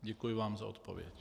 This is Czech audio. Děkuji vám za odpověď.